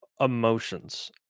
emotions